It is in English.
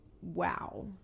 Wow